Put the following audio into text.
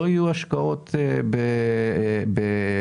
לא יהיו השקעות לא בהייטק,